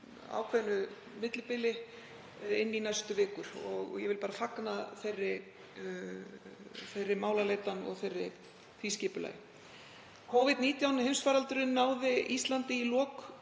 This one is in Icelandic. ákveðnu millibili á næstu vikum. Ég vil bara fagna þeirri málaleitan og því skipulagi. Covid-19 heimsfaraldurinn náði Íslandi í lok